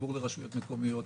חיבור לרשויות מקומיות,